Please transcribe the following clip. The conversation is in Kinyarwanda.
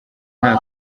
nta